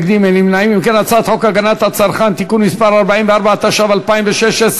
חוק הגנת הצרכן (תיקון מס' 44), התשע"ו 2016,